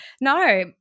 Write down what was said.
no